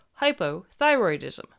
hypothyroidism